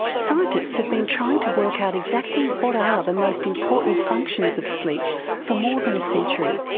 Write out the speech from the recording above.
scientists have been trying to work out exactly what are the most important functions of sleep for more than a century.